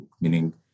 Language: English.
meaning